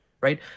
right